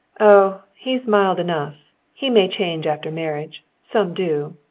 oh, he's mild enough. he may change after marriage. some do.